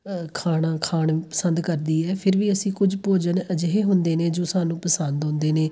ਖਾਣਾ ਖਾਣ ਪਸੰਦ ਕਰਦੀ ਹੈ ਫਿਰ ਵੀ ਅਸੀਂ ਕੁਝ ਭੋਜਨ ਅਜਿਹੇ ਹੁੰਦੇ ਨੇ ਜੋ ਸਾਨੂੰ ਪਸੰਦ ਆਉਂਦੇ ਨੇ